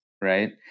right